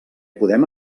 podem